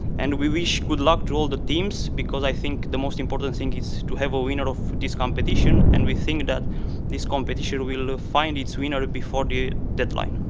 and we wish good luck to all the teams, because i think the most important thing is to have a winner ah for this competition. and we think that this competition will will ah find its winner before the deadline.